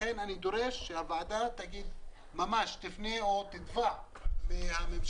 לכן אני דורש שהוועדה תפנה או תתבע מהממשלה